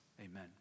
Amen